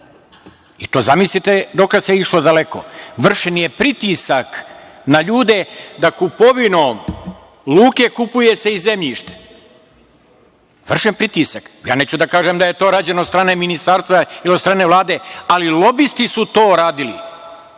Sad. Zamislite dokle se išlo daleko. Vršen je pritisak na ljude da kupovinom luke se kupuje i zemljište. Vršen je pritisak. Neću da kažem da je to rađeno od strane ministarstva inostrane vlade, ali lobisti su to radili,